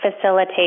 facilitate